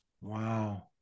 Wow